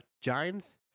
Giants